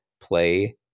play